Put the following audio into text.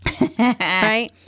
right